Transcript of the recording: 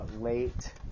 Late